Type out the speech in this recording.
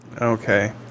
Okay